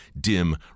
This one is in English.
dim